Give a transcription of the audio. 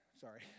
Sorry